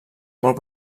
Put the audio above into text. molt